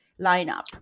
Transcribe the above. lineup